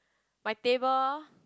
my table